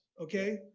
Okay